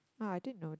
ah I didn't know that